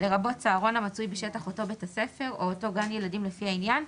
לרבות צהרון המצוי בשטח אותו בית הספר או אותו גן ילדים לפי העניין,